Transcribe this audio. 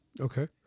Okay